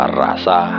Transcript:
rasa